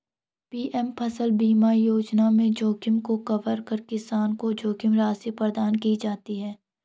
PM फसल बीमा योजना में जोखिम को कवर कर किसान को जोखिम राशि प्रदान की जाती है